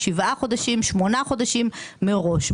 שבעה חודשים ושמונה חודשים מראש.